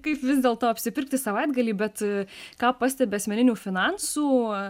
kaip vis dėlto apsipirkti savaitgalį bet ką pastebi asmeninių finansų